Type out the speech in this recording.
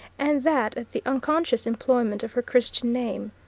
and that at the unconscious employment of her christian name.